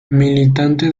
militante